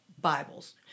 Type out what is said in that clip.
Bibles